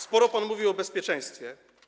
Sporo pan mówił o bezpieczeństwie.